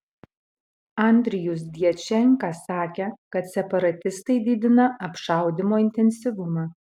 andrijus djačenka sakė kad separatistai didina apšaudymo intensyvumą